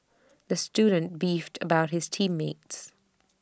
the student beefed about his team mates